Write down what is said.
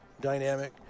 dynamic